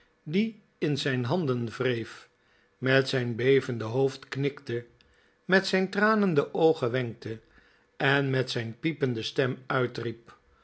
die in zijn handen wreef met zijn bevende hoofd knikte met zijn tranende oogen wenkte en met zijn piepende stem uitriep